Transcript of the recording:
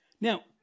Now